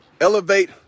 elevate